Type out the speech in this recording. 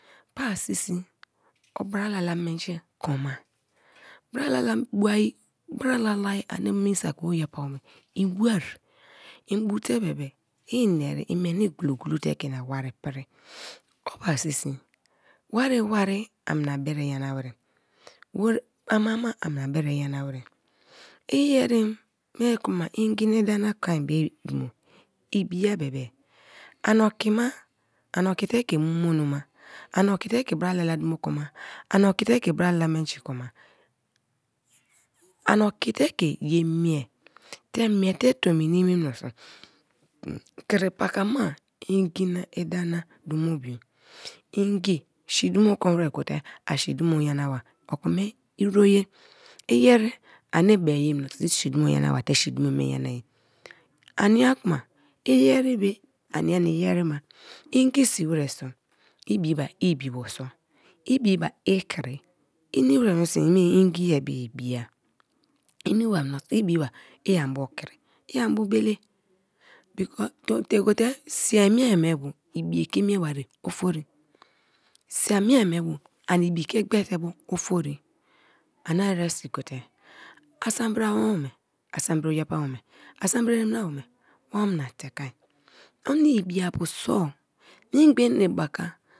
Pasisi o brala la menji kon, bra la la bua bra lala ani me saki me oyiapu awome ibua ibute bebe ina ere i meni gulu-gulu te ke in wari pri opasisi wari wari ana bre nyana wer ama-ma ana bre nyana wer i erem mie kuma ngi na i da na kon be dumo i bi a bebe aniokima ani oki te ke mu monoma, ani okite ke bra lala dumo konma ani oki te ke ye mie temie te tomi ninii minso kri pu kama ngi na dumo bii ngi si dumo kon wer gote asi dumo nyana ba o kome iroye, iyer ani bee minso i si dumo me nyam ba te si dumo be nyana ye, ania ku ma iyeri be ania nia iyeri ma ngisi wer so i biba ibibo so, ibiba kri inimi wer menso me ngi ye bye ibi-a tie gote sii nue nu bo ibi e ke mie barie ofori sii mie ba bu ani ibike gbete bo ofori ani eresi gote asa brima wome asa brin oyiapua wome, asabri-n ereme na omne te keai omna ibiapu so memgba enebaki.